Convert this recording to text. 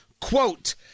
Quote